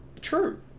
True